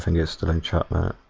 houston and chapman